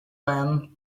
man